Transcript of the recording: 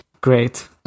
Great